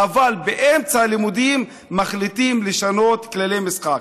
אבל באמצע הלימודים מחליטים לשנות כללי משחק.